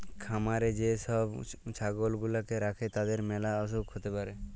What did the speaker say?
খামারে যে সব ছাগল গুলাকে রাখে তাদের ম্যালা অসুখ হ্যতে পারে